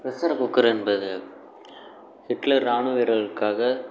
pressure cooker என்பது Hitler ராணுவ வீரருக்காக